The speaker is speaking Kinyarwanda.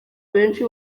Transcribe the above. benshi